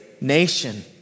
nation